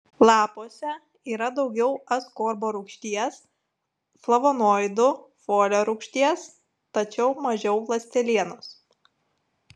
lapuose yra daugiau askorbo rūgšties flavonoidų folio rūgšties tačiau mažiau ląstelienos